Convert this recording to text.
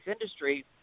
industry